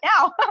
now